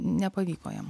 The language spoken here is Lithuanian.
nepavyko jom